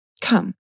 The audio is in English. Come